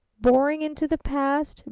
boring into the past,